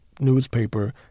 newspaper